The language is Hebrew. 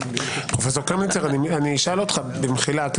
אשאל אותך במחילה,